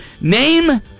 Name